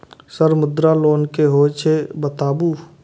Sir Mudra loan की हे छे बताबू?